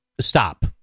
stop